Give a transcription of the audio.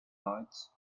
lights